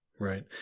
Right